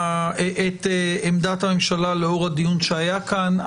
את עמדת הממשלה לאור הדיון שהיה כאן.